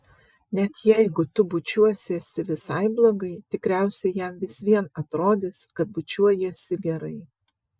net jeigu tu bučiuosiesi visai blogai tikriausiai jam vis vien atrodys kad bučiuojiesi gerai